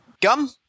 Gum